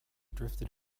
drifted